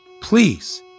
please